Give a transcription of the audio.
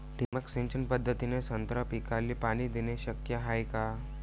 ठिबक सिंचन पद्धतीने संत्रा पिकाले पाणी देणे शक्य हाये का?